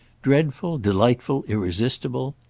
dreadful, delightful, irresistible.